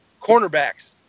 Cornerbacks